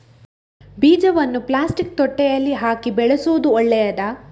ಬೀಜವನ್ನು ಪ್ಲಾಸ್ಟಿಕ್ ತೊಟ್ಟೆಯಲ್ಲಿ ಹಾಕಿ ಬೆಳೆಸುವುದು ಒಳ್ಳೆಯದಾ?